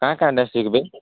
କାଁ କାଁ ଡାନ୍ସ ଶିଖ୍ବେ